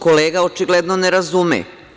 Kolega očigledno ne razume.